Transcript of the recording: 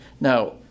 Now